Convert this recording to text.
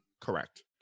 Correct